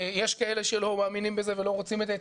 יש כאלה שלא מאמינים בזה ולא רוצים את זה,